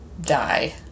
Die